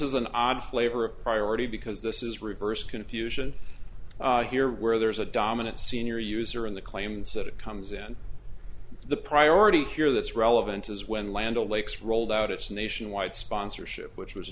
is an odd flavor of priority because this is reverse confusion here where there's a dominant senior user in the claims that it comes in the priority here that's relevant is when land o'lakes rolled out its nationwide sponsorship which was